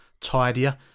tidier